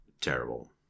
terrible